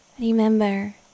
Remember